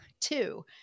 two